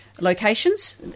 locations